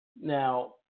Now